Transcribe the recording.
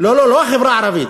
לא לא, לא החברה הערבית.